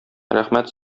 рәхмәт